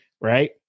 right